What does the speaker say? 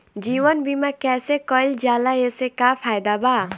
जीवन बीमा कैसे कईल जाला एसे का फायदा बा?